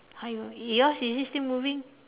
!haiyo! yours is it still moving